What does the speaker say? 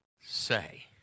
say